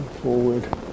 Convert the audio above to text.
forward